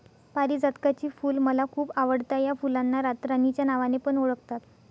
पारीजातकाची फुल मला खूप आवडता या फुलांना रातराणी च्या नावाने पण ओळखतात